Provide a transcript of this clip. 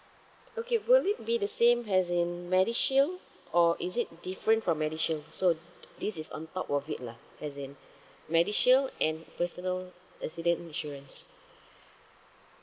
okay will it be the same as in medishield or is it different from medishield so this is on top of it lah as in medishield and personal accident insurance